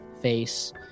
face